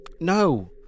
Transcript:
No